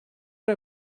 der